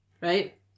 Right